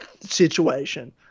situation